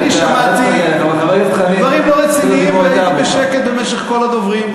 אני שמעתי דברים לא רציניים והייתי בשקט במשך כל נאומי הדוברים.